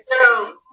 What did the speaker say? No